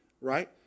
right